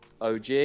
OG